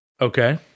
okay